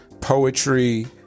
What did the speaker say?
poetry